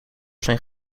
zijn